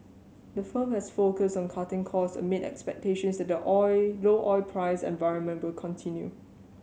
the firm has focused on cutting costs amid expectations that the oil low oil price environment will continue